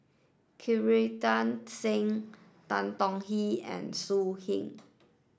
Singh Tan Tong Hye and So Heng